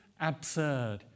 absurd